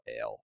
Ale